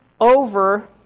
over